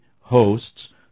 hosts